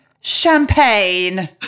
champagne